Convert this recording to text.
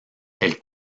elle